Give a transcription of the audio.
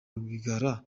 rwigara